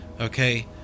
okay